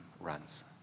runs